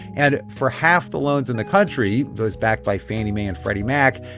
and for half the loans in the country, those backed by fannie mae and freddie mac,